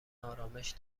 آرامش